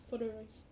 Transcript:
for the rice